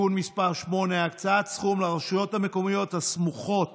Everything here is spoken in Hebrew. (תיקון מס' 8) (הקצאת סכום לרשויות המקומיות הסמוכות